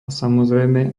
samozrejme